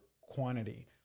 quantity